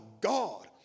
God